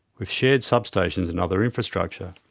with shared substations and other infrastructure.